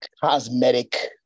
cosmetic